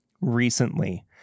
recently